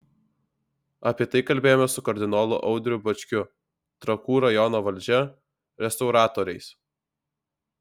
apie tai kalbėjomės su kardinolu audriu bačkiu trakų rajono valdžia restauratoriais